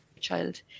child